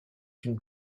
une